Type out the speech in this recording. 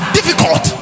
Difficult